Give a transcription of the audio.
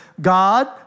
God